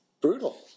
brutal